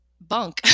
bunk